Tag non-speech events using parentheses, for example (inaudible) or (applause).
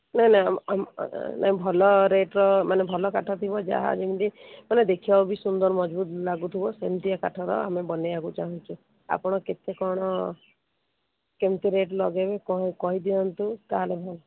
ନାଇଁ ନାଇଁ ଭଲ ରେଟ୍ର ମାନେ ଭଲ କାଠ ଥିବ ଯାହା ଯେମିତି ମାନେ ଦେଖିବାକୁ ସୁନ୍ଦର ମଜବୁତ ଲାଗୁଥିବ ସେମିତିଆ କାଠର ଆମେ ବନେଇବାକୁ ଚାହୁଁଛୁ ଆପଣ କେତେ କ'ଣ କେମିତି ରେଟ୍ ଲଗେଇବେ କହିଦିଅନ୍ତୁ (unintelligible)